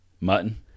Mutton